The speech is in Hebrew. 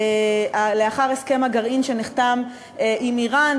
לאחר הסכם הגרעין שנחתם עם איראן,